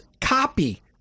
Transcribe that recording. copy